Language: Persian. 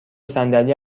صندلی